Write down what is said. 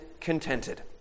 contented